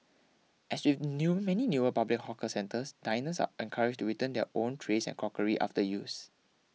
as with new many newer public hawker centres diners are encouraged to return their own trays and crockery after use